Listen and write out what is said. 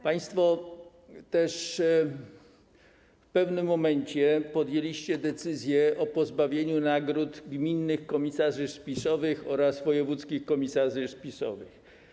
Państwo w pewnym momencie podjęliście decyzję o pozbawieniu nagród gminnych komisarzy spisowych oraz wojewódzkich komisarzy spisowych.